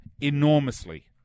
enormously